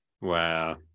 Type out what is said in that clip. wow